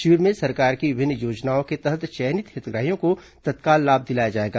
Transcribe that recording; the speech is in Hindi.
शिविर में सरकार की विभिन्न योजनाओं के तहत चयनित हितग्राहियों को तत्काल लाभ दिलाया जाएगा